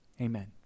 Amen